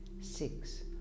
six